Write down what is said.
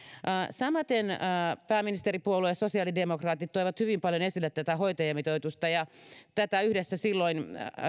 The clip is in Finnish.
samaten pääministeripuolue sosiaalidemokraatit toi hyvin paljon esille hoitajamitoitusta tätä yhdessä silloin